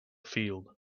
field